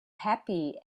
happy